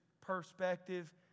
perspective